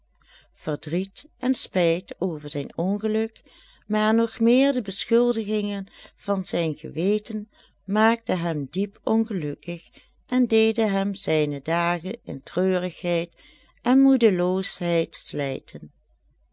verdriet en spijt over zijn ongeluk maar nog meer de beschuldigingen van zijn geweten maakten hem diep ongelukkig en deden hem zijne dagen in treurigheid en moedeloosheid slijten